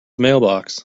mailbox